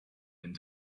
and